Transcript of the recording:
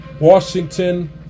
Washington